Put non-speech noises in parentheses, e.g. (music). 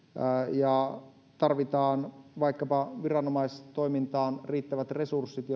ja tarvitaan vaikkapa viranomaistoimintaan riittävät resurssit (unintelligible)